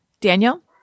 Daniel